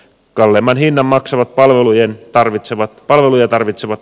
kalleimman hinnan maksavat palveluja tarvitsevat ihmiset